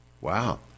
wow